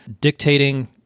dictating